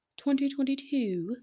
2022